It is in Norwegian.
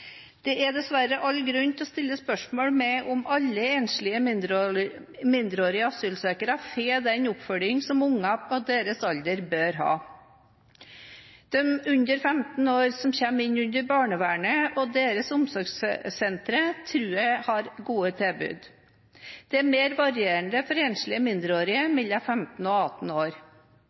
Det er dessverre all grunn til å stille spørsmål ved om alle enslige mindreårige asylsøkere får den oppfølging som barn på deres alder bør ha. De under 15 år, som kommer inn under barnevernet og deres omsorgssentre, tror jeg har gode tilbud. Det er mer varierende for enslige mindreårige mellom 15 år og 18 år.